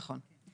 נכון.